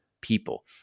people